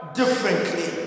differently